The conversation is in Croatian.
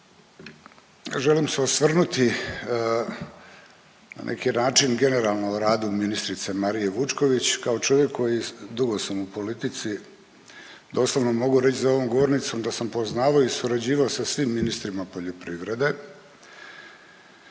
želim se osvrnuti na neki način generalno o radu ministrice Marije Vučković kao čovjek dugo sam u politici doslovno mogu reći za ovom govornicom da sam poznavao i surađivao sa svim ministrima poljoprivrede.